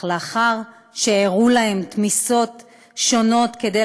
אך לאחר שעירו להם תמיסות שונות כדי